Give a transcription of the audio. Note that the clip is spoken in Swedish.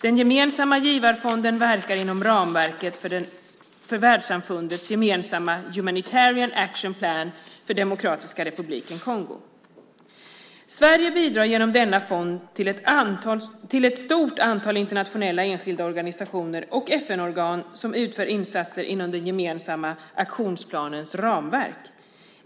Den gemensamma givarfonden verkar inom ramverket för den för världssamfundet gemensamma Humanitarian Action Plan för Demokratiska republiken Kongo. Sverige bidrar genom denna fond till ett stort antal internationella enskilda organisationer och FN-organ som utför insatser inom den gemensamma aktionsplanens ramverk.